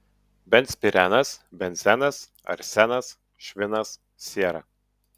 benzpirenas benzenas arsenas švinas siera